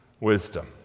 wisdom